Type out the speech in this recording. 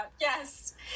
Yes